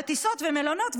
טיסות ומלונות,